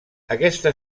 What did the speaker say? aquesta